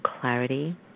clarity